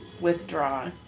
withdraw